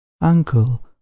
Uncle